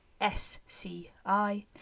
S-C-I